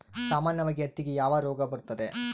ಸಾಮಾನ್ಯವಾಗಿ ಹತ್ತಿಗೆ ಯಾವ ರೋಗ ಬರುತ್ತದೆ?